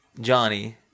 johnny